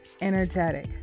energetic